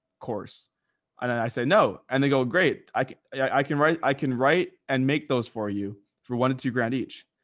course, and i say no, and they go, great. i can, i can write, i can write and make those for you for one to two grand each.